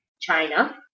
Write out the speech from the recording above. China